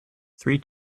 three